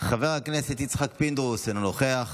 חבר הכנסת יצחק פינדרוס, אינו נוכח,